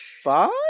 Five